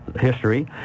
history